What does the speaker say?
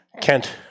Kent